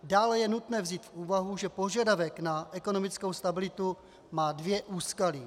Dále je nutné vzít v úvahu, že požadavek na ekonomickou stabilitu má dvě úskalí.